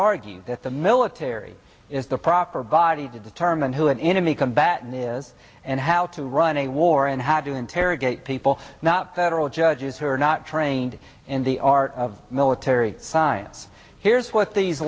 argue that the military is the proper body to determine who an enemy combatant is and how to run a war and how to interrogate people not that all judges who are not trained in the art of military science here's what these